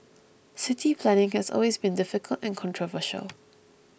city planning has always been difficult and controversial